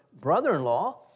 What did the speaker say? brother-in-law